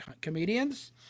comedians